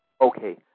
Okay